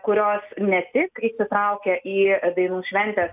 kurios ne tik įsitraukia į dainų šventės